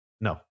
No